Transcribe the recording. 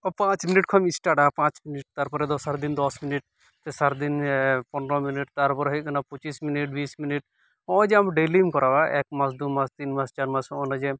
ᱯᱟᱸᱪ ᱢᱤᱱᱤᱴ ᱠᱷᱚᱱᱮᱢ ᱮᱥᱴᱟᱴᱼᱟ ᱯᱟᱸᱪ ᱢᱤᱱᱤᱴ ᱛᱟᱨᱯᱚᱨᱫᱚ ᱥᱟᱨᱟᱫᱤᱱ ᱫᱚᱥ ᱢᱤᱱᱤᱴ ᱥᱮ ᱥᱟᱨᱟᱫᱤᱱ ᱯᱚᱱᱮᱨᱳ ᱢᱤᱱᱤᱴ ᱛᱟᱨᱯᱚᱨᱮ ᱦᱩᱭᱩᱜ ᱠᱟᱱᱟ ᱯᱚᱸᱪᱤᱥ ᱢᱤᱱᱤᱴ ᱱᱚᱜᱼᱚᱸᱭ ᱡᱮ ᱟᱢ ᱰᱮᱞᱤᱢ ᱠᱚᱨᱟᱣ ᱼᱟ ᱮᱠᱢᱟᱥ ᱫᱩᱢᱟᱥ ᱛᱤᱱᱢᱟᱥ ᱪᱟᱨᱢᱟᱥ